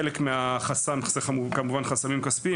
חלק מהחסמים הם כספיים,